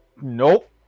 Nope